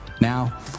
Now